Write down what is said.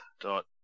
dot